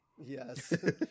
Yes